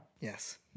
Yes